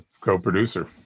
co-producer